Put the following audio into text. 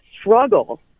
struggle